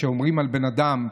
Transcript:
שאומרים על בן אדם: